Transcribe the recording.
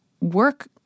work